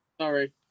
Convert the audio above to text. Sorry